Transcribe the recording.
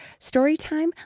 Storytime